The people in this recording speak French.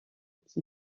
qui